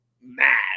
mad